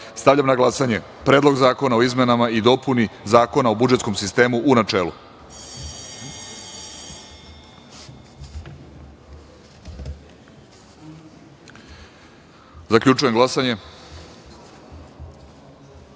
na glasanje Predlog zakona o izmenama i dopuni Zakona o budžetskom sistemu, u načelu. Zaključujem glasanje: